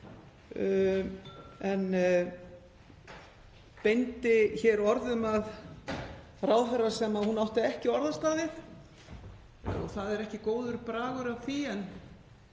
en beindi orðum að ráðherra sem hún átti ekki orðastað við og það er ekki góður bragur á því.